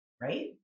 right